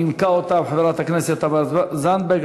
נימקה אותם חברת הכנסת תמר זנדברג.